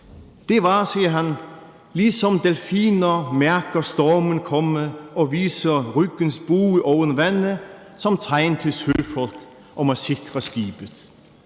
Det var, siger han, ligesom delfiner, der mærker stormen komme og viser ryggens bue oven vande som tegn til søfolk om at sikre skibet.